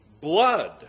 blood